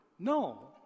No